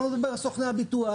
לא מדבר על סוכני הביטוח